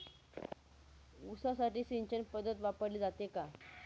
ऊसासाठी सिंचन पद्धत वापरली जाते का?